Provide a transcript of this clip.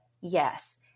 Yes